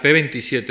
P27